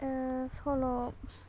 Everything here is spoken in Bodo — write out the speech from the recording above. ओह सल'